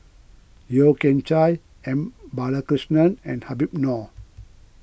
Yeo Kian Chai M Balakrishnan and Habib Noh